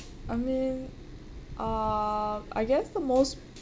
I mean uh I guess the most